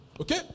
Okay